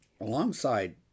Alongside